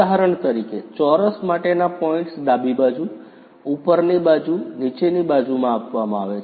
ઉદાહરણ તરીકે ચોરસ માટેના પોઇન્ટ્સ ડાબી બાજુ ઉપરની બાજુ નીચેની બાજુ માં આપવામાં આવે છે